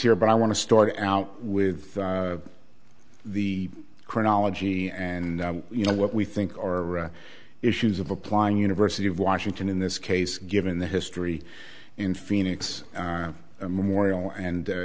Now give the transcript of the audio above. here but i want to start out with the chronology and you know what we think are issues of applying university of washington in this case given the history in phoenix memorial and